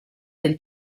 del